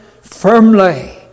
firmly